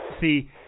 See